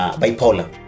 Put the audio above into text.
bipolar